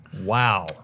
Wow